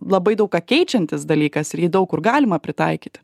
labai daug ką keičiantis dalykas ir jį daug kur galima pritaikyti